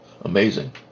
Amazing